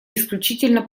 исключительно